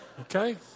Okay